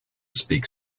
speak